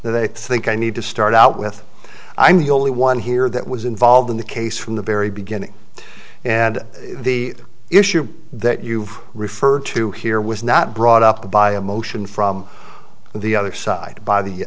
that i think i need to start out with i'm the only one here that was involved in the case from the very beginning and the issue that you've referred to here was not brought up by a motion from the other side by the